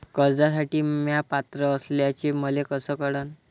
कर्जसाठी म्या पात्र असल्याचे मले कस कळन?